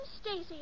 Stacy